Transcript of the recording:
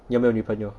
你有没有女朋友